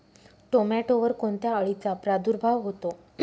टोमॅटोवर कोणत्या अळीचा प्रादुर्भाव होतो?